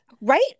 Right